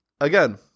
again